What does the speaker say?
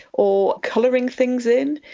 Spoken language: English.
or colouring things in.